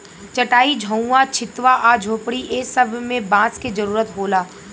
चाटाई, झउवा, छित्वा आ झोपड़ी ए सब मे बांस के जरुरत होला